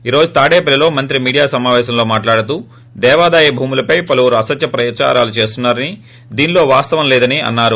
ఈ రోజు తాడేపల్లిలో మంత్రి మీడియా సమాపేశంలో మాట్లాడుతూ దేవాదాయ భూములపై పలువురు అసత్య ప్రచారాలు చేస్తున్నారని దీనిలో వాస్తవం లేదని అన్నారు